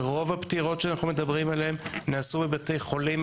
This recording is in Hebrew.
רוב הפטירות שאנחנו מדברים עליהן נעשו בבתי חולים,